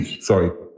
Sorry